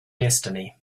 destiny